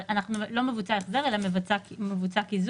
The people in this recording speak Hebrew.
אבל לא מבוצע החזר אלא מבוצע קיזוז,